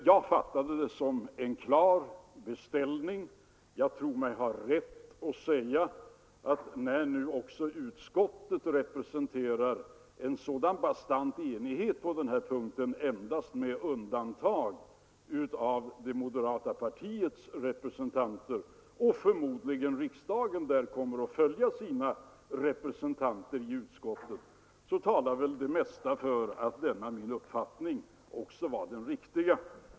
Jag fattade det som en klar beställning; när nu också utskottsmajoriteten representerar en mycket bred enighet på denna punkt — endast med undantag av moderata samlingspartiets representanter — och riksdagen förmodligen kommer att följa sina representanter i utskottet, talar väl också det mesta för att denna min uppfattning var den riktiga.